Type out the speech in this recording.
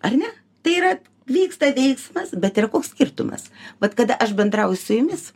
ar ne tai yra vyksta veiksmas bet ir koks skirtumas vat kada aš bendrauju su jumis